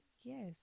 Yes